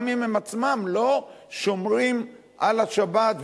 גם אם הם עצמם לא שומרים על השבת,